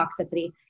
toxicity